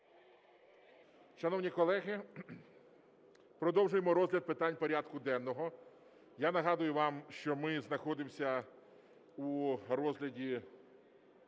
Шановні колеги, продовжуємо розгляд питань порядку денного. Я нагадую вам, що ми знаходимося у розгляді